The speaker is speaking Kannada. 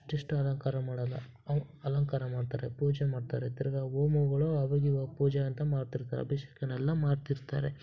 ಅಷ್ಟಿಷ್ಟು ಅಲಂಕಾರ ಮಾಡಲ್ಲ ಅಲಂಕಾರ ಮಾಡ್ತಾರೆ ಪೂಜೆ ಮಾಡ್ತಾರೆ ತಿರ್ಗಾ ಹೋಮಗಳು ಅವು ಇವು ಪೂಜೆ ಅಂತ ಮಾಡ್ತಿರ್ತಾರೆ ಅಭಿಷೇಕನೆಲ್ಲ ಮಾಡ್ತಿರ್ತಾರೆ